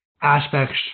aspects